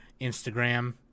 Instagram